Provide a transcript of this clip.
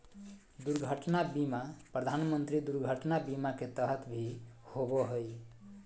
दुर्घटना बीमा प्रधानमंत्री दुर्घटना बीमा के तहत भी होबो हइ